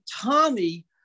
Tommy